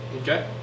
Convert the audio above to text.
Okay